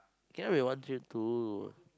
cannot be one three two